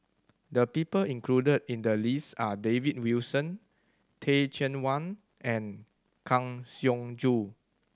the people included in the list are David Wilson Teh Cheang Wan and Kang Siong Joo